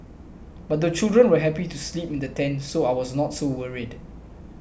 but the children were happy to sleep in the tent so I was not so worried